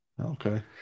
Okay